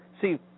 See